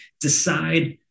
decide